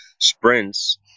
sprints